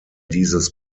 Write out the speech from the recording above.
dieses